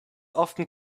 often